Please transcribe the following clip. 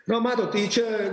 na matot tai čia